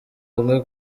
hamwe